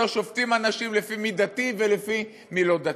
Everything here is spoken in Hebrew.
לא שופטים אנשים לפי מי דתי ולפי מי לא דתי.